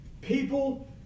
People